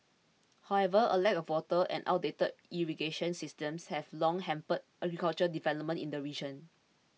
however a lack of water and outdated irrigation systems have long hampered agricultural development in the region